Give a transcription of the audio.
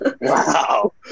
Wow